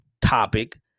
topic